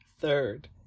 third